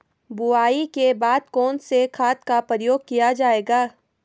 बुआई के बाद कौन से खाद का प्रयोग किया जायेगा?